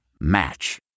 Match